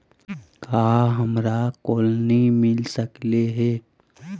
का हमरा कोलनी मिल सकले हे?